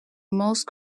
most